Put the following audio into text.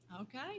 okay